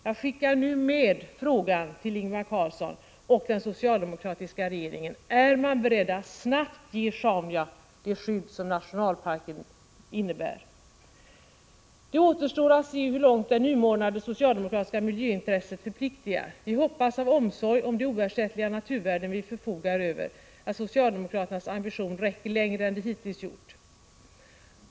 Jag skickar nu med frågan till Ingvar Carlsson och den socialdemokratiska regeringen: Är ni beredda att snabbt ge Sjauna det skydd som det innebär att göra Sjauna till nationalpark? Det återstår att se hur långt det nymornade socialdemokratiska miljöintresset förpliktigar. Vi hoppas av omsorg om de oersättliga naturvärden som vi förfogar över att socialdemokraternas ambitioner räcker längre än de gjort hittills.